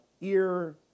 ear